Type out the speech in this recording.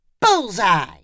Bullseye